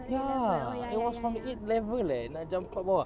ya it was from the eighth level eh nak campak bawah